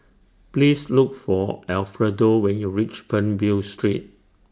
Please Look For Alfredo when YOU REACH Fernvale Street